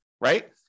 right